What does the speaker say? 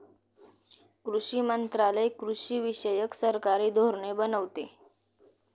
कृषी मंत्रालय कृषीविषयक सरकारी धोरणे बनवते